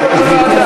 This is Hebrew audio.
גברתי